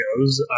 goes